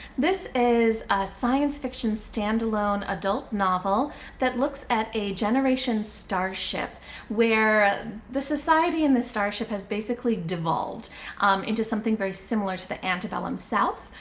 this is a science fiction standalone adult novel that looks at a generation starship where the society on and the starship has basically devolved into something very similar to the antebellum south,